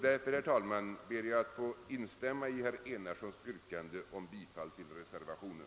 Därför, herr talman, ber jag att få instämma i herr Enarssons yrkande om bifall till reservationen.